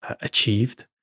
achieved